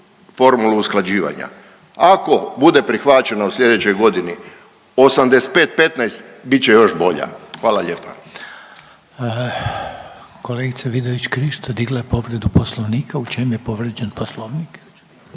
formulu usklađivanja. Ako bude prihvaćeno u slijedećoj 85/15 bit će još bolja. Hvala lijepa. **Reiner, Željko (HDZ)** Kolegica Vidović Krišto, digla je povredu Poslovnika. U čemu je povrijeđen Poslovnik?